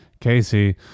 casey